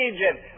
Egypt